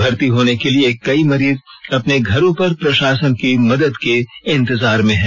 भर्ती होने के लिए कई मरीज अपने घरों पर प्रशासन की मदद के इंतजार में हैं